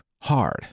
hard